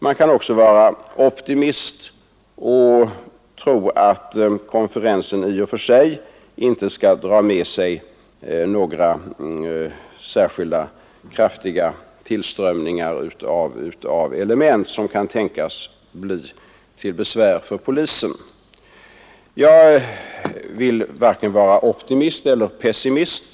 Man kan också vara optimist och tro att konferensen i och för sig inte skall dra med sig några särskilt kraftiga tillströmningar av element, som kan tänkas bli till besvär för polisen. Jag vill varken vara optimist eller pessimist.